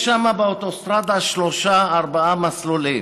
יש שם באוטוסטרדה שלושה, ארבעה נתיבים.